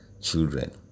children